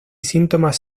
síntomas